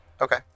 okay